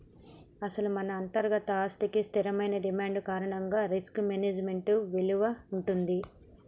అసలు మన అంతర్గత ఆస్తికి స్థిరమైన డిమాండ్ కారణంగా రిస్క్ మేనేజ్మెంట్ విలువ ఉంటుంది